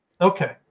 Okay